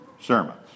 sermons